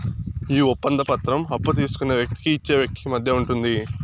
ఈ ఒప్పంద పత్రం అప్పు తీసుకున్న వ్యక్తికి ఇచ్చే వ్యక్తికి మధ్య ఉంటుంది